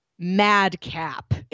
madcap